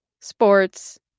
sports